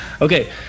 Okay